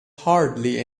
hardly